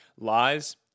Lies